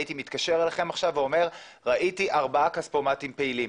הייתי מתקשר אליכם עכשיו ואומר: ראיתי ארבעה כספומטים פעילים.